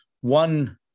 one